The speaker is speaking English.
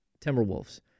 Timberwolves